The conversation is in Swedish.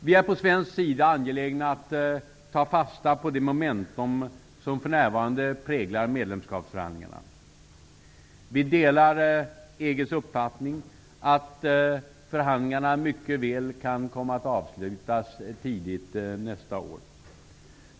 Vi är från svensk sida angelägna om att ta fasta på det momentum som för närvarande präglar medlemskapsförhandlingarna. Vi delar EG:s uppfattning att förhandlingarna mycket väl kan komma att avslutas tidigt nästa år.